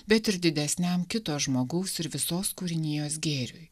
bet ir didesniam kito žmogaus ir visos kūrinijos gėriui